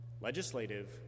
legislative